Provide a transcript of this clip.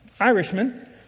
Irishman